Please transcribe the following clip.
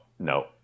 no